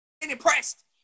Impressed